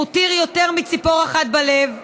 הוא הותיר יותר מציפור אחת בלב,